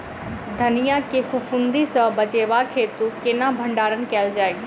धनिया केँ फफूंदी सऽ बचेबाक हेतु केना भण्डारण कैल जाए?